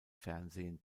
fernsehen